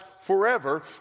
forever